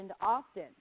often